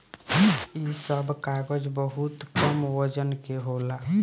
इ सब कागज बहुत कम वजन के होला